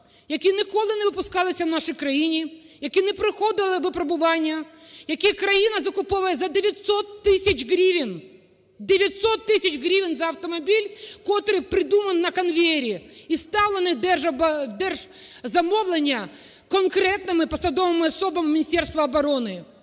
які ніколи не випускалися в нашій країні, які не проходили випробування, які країна закуповує за 900 тисяч гривень. 900 тисяч гривень за автомобіль, котрий придуманий на конвеєрі, і став…….. держзамовлення конкретними посадовими особами Міністерства оборони.